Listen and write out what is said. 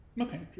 Okay